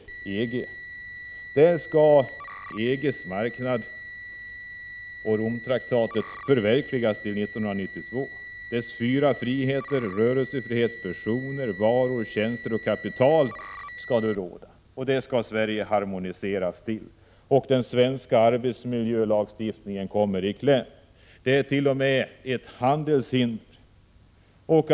Anpassningen till EG:s marknadskrav och Romtraktaten skall förverkligas till 1992. Dess fyra friheter — rörelsefrihet för personer, varor, tjänster och kapital — skall råda. Sverige skall harmoniseras till dess regler, och den svenska arbetsmiljölagstiftningen kommer i kläm. Den utgör t.o.m. ett handelshinder.